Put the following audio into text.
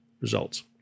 results